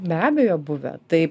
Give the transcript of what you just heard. be abejo buvę tai